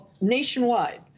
nationwide